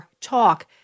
Talk